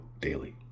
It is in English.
daily